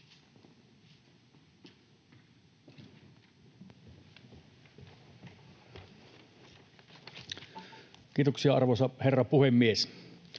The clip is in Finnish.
Kiitos, arvoisa herra puhemies!